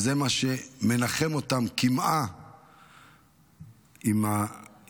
וזה מה שמנחם אותם קמעה על